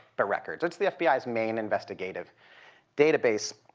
but records. it's the fbi's main investigative database.